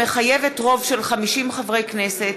המחייבת רוב של 50 חברי כנסת,